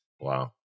Wow